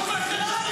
איך את לא מתביישת?